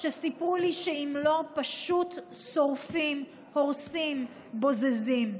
וסיפרו לי שאם לא, פשוט שורפים, הורסים, בוזזים.